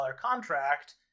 contract